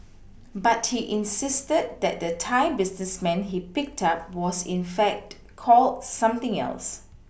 but he insisted that the Thai businessman he picked up was in fact called something else